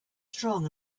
strong